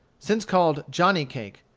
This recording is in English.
since called johnny cake,